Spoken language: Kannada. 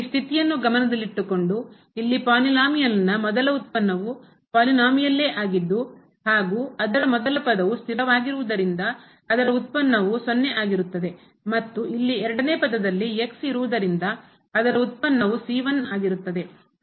ಈ ಸ್ಥಿತಿಯನ್ನು ಗಮನದಲ್ಲಿಟ್ಟುಕೊಂಡು ಇಲ್ಲಿ ಪಾಲಿನೋಮಿಯಲ್ನ ಬಹುಪದದ ಮೊದಲ ಉತ್ಪನ್ನವು ಪಾಲಿನೋಮಿಯಲ್ಲೇ ಆಗಿದ್ದು ಹಾಗೂ ಅದರ ಮೊದಲ ಪದವು ಸ್ಥಿರವಾಗಿರುದರಿಂದ ಅದರ ಉತ್ಪನ್ನವು 0 ಆಗಿರುತ್ತದೆ ಮತ್ತು ಇಲ್ಲಿ ಎರಡನೇ ಪದದಲ್ಲಿ ಇರುವುದರಿಂದ ಅದರ ಉತ್ಪನ್ನವು ಆಗಿರುತ್ತದೆ